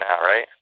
right